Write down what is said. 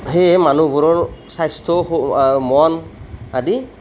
সেয়েহে মানুহবোৰৰ স্ৱাস্থ্য মন আদি